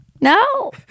no